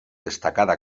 destacada